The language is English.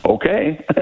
Okay